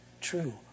true